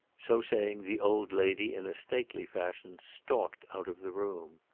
so saying the old lady, in a stately fashion, stalked out of the room.